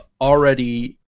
already